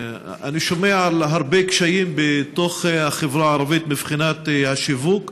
אני שומע על הרבה קשיים בתוך החברה הערבית מבחינת השיווק,